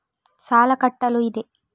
ಸಾಲ ಕಟ್ಟಲು ಇದೆ